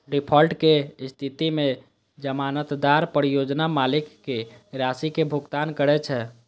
default के स्थिति मे जमानतदार परियोजना मालिक कें राशि के भुगतान करै छै